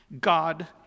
God